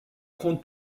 prendre